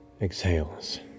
exhales